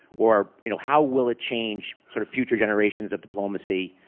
or you know how will it change sort of future generations of diplomacy,